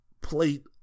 plate